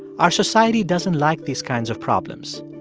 our society doesn't like these kinds of problems.